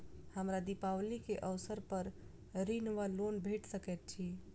हमरा दिपावली केँ अवसर पर ऋण वा लोन भेट सकैत अछि?